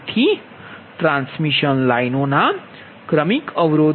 તેથી ટ્રાન્સમિશન લાઇનોના ક્રમિક અવરોધ